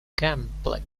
gambling